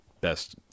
best